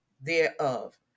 thereof